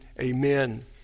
Amen